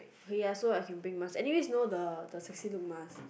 oh ya so I can bring mask anyway it's know the the Sexylook mask